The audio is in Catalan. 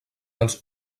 dels